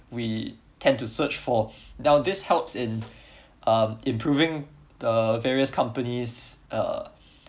we tend to search for now these helps in um improving the various companies uh